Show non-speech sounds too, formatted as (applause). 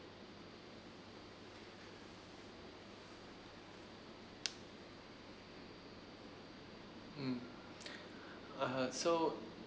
mm (breath) uh so